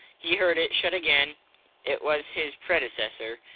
he heard it shut again it was his predecessor,